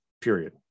period